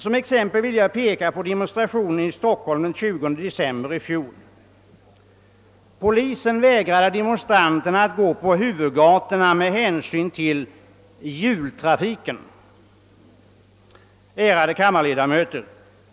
Som exempel vill jag peka på demonstrationen i Stockholm den 20 december i fjol, då polisen vägrade demonstranterna att gå på huvudgatorna med hänsyn till jultrafiken. ärade kammarledamöter!